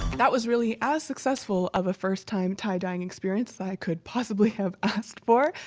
that was really as successful of a first-time tie-dyeing experience i could possibly have asked for.